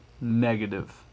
negative